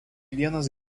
vienas